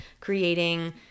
creating